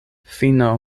fino